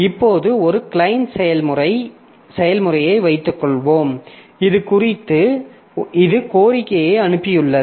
இப்போது ஒரு கிளையன்ட் செயல்முறையை வைத்துக்கொள்வோம் இது குறித்து ஒரு கோரிக்கையை அனுப்பியுள்ளது